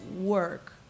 work